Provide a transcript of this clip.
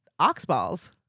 Oxballs